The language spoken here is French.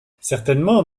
certainement